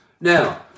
Now